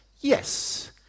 Yes